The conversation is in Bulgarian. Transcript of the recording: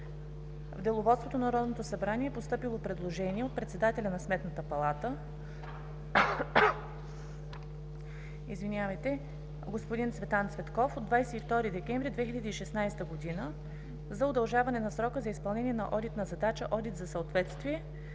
В Деловодството на Народното събрание е постъпило предложение от председателя на Сметната палата господин Цветан Цветков от 22 декември 2016 г. за удължаване на срока за изпълнение на одитна задача „Одит за съответствие